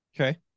Okay